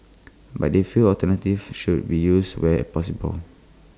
but they feel alternatives should be used where possible